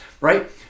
right